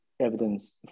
Evidence